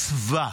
מצווה